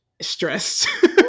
stressed